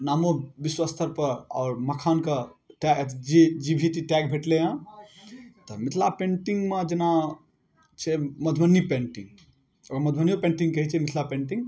नामो विश्व स्तरपर आओर मखानके टैग जे जी वी टी टैग भेटलै हँ तऽ मिथिला पेन्टिङ्गमे जेना छै मधुबनी पेन्टिङ्ग ओकरा मधुबनिओ पेन्टिङ्ग कहै छै मिथिला पेन्टिङ्ग